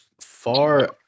far